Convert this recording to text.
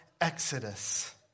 exodus